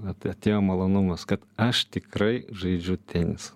vat atėjo malonumas kad aš tikrai žaidžiu tenisą